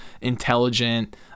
intelligent